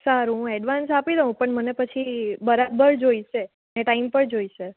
સારું હું એડવાન્સ આપી દઉં પણ મને પછી બરાબર જોઈશે ને ટાઈમ પર જોઈશે